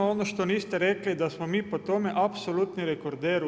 Ono što niste rekli da smo mi po tome apsolutni rekorder u EU.